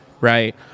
right